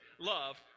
love